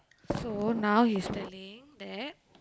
so now he's telling that